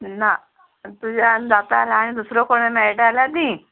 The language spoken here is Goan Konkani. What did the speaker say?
ना तुज्यान जाता जाल्या आनी दुसरो कोण मेयटा जाल्यार दी